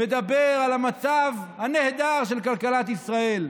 מדבר על המצב הנהדר של כלכלת ישראל.